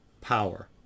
power